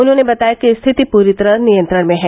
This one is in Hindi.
उन्होंने बताया कि स्थिति पूरी तरह नियंत्रण में है